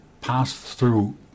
pass-through